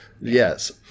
Yes